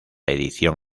edición